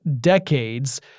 decades